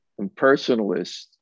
impersonalist